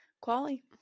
Quali